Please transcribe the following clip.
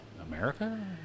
America